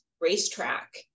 racetrack